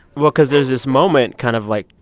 well because there's this moment kind of, like,